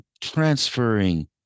transferring